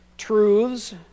Truths